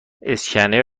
اسکنر